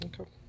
Okay